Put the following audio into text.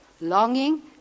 longing